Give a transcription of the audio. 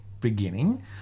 beginning